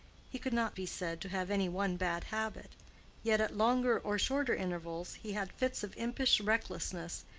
he could not be said to have any one bad habit yet at longer or shorter intervals he had fits of impish recklessness,